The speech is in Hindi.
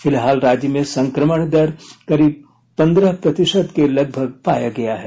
फिलहाल राज्य में संक्रमण दर करीब पंद्रह प्रतिशत के लगभग पाया गया है